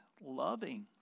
loving